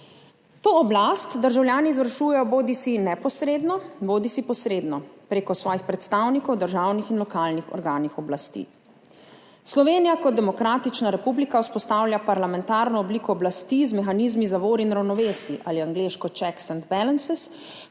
To oblast državljani izvršujejo bodisi neposredno bodisi posredno prek svojih predstavnikov v državnih in lokalnih organih oblasti. Slovenija kot demokratična republika vzpostavlja parlamentarno obliko oblasti z mehanizmi zavor in ravnovesij ali angleško checks and balances,